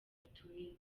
mituweli